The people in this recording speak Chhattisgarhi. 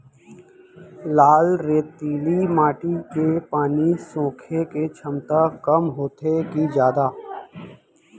लाल रेतीली माटी के पानी सोखे के क्षमता कम होथे की जादा?